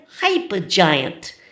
hypergiant